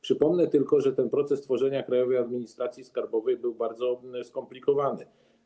Przypomnę tylko, że proces tworzenia Krajowej Administracji Skarbowej był bardzo skomplikowany.